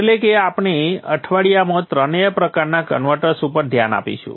એટલે કે આપણે આ અઠવાડિયામાં ત્રણેય પ્રકારના કન્વર્ટર ઉપર ધ્યાન આપીશું